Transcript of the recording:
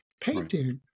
painting